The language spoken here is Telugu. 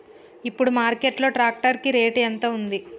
ఇప్పుడు మార్కెట్ లో ట్రాక్టర్ కి రేటు ఎంత ఉంది?